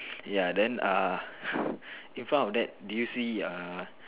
ya then ah in front of that do you see a